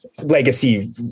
legacy